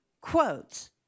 quotes